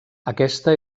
aquesta